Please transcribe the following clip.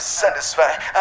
satisfied